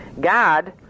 God